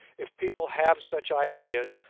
if people have such ideas,